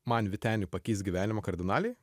man vyteniui pakeis gyvenimą kardinaliai